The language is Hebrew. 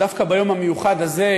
דווקא ביום המיוחד הזה,